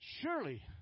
Surely